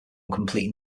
completing